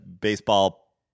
baseball